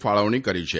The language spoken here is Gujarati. ફાળવણી કરી છે